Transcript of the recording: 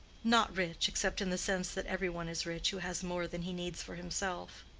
not rich, except in the sense that every one is rich who has more than he needs for himself.